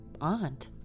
aunt